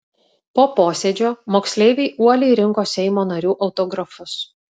po posėdžio moksleiviai uoliai rinko seimo narių autografus